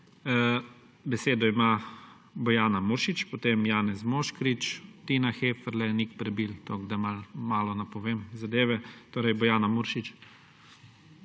Besedo ima Bojana Muršič, potem Janez Moškrič, Tina Heferle, Nik Prebil. Toliko, da malo napovem zadeve. Bojana Muršič.